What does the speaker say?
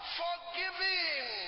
forgiving